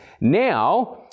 now